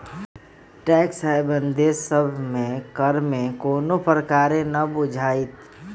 tax haven देश सभ में कर में कोनो प्रकारे न बुझाइत